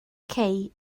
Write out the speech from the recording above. cei